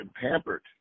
pampered